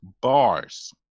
Bars